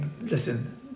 listen